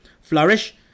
flourish